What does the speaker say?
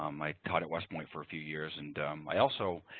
um i taught at west point for a few years. and i also,